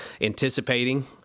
anticipating